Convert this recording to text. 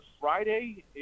Friday